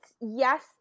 yes